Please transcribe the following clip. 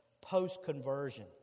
post-conversion